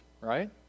right